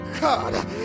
God